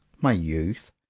my youth,